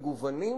מגוונים וסותרים.